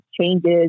changes